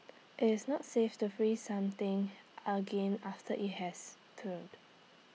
it's not safe to freeze something again after IT has thawed